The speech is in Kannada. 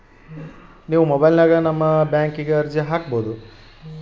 ನಾವು ಮೊಬೈಲಿನ್ಯಾಗ ನಿಮ್ಮ ಬ್ಯಾಂಕಿನ ಅರ್ಜಿ ಹಾಕೊಬಹುದಾ?